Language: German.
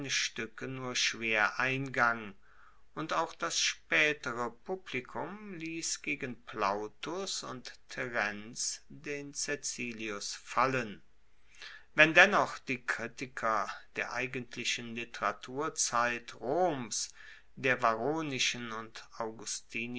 stuecke nur schwer eingang und auch das spaetere publikum liess gegen plautus und terenz den caecilius fallen wenn dennoch die kritiker der eigentlichen literaturzeit roms der varronischen und